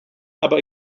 aber